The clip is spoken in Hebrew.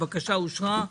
הבקשה אושרה.